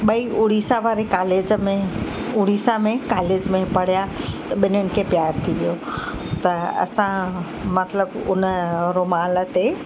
ॿई उड़ीसा वारी कालेज में उड़ीसा में कालेज में पढ़िया ॿिन्हिनि खे प्यार थी वियो त असां मतिलबु हुन रूमाल ते